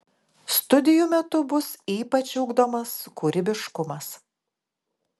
studijų metu bus ypač ugdomas kūrybiškumas